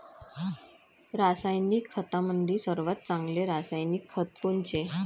रासायनिक खतामंदी सर्वात चांगले रासायनिक खत कोनचे?